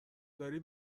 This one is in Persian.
داری